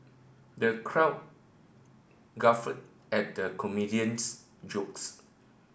the crowd guffawed at the comedian's jokes